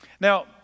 Now